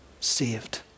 saved